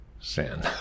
sin